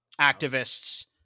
activists